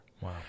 Wow